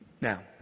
Now